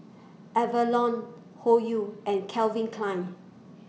Avalon Hoyu and Calvin Klein